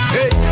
Hey